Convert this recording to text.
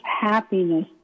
happiness